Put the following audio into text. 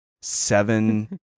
seven